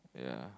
yeah